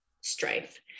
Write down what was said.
strife